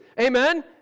Amen